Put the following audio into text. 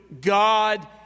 God